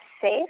safe